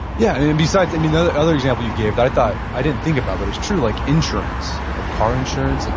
yeah. and besides, and you know the other example you gave, i thought, i didn't think about, but it's true, like insurance, like car insurance. like